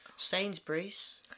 Sainsbury's